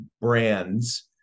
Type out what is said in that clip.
brands